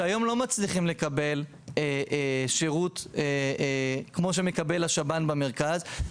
שהיו לא מצליחים לקבל שירות כמו שמקבל השב"ן במרכז,